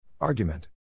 Argument